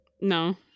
no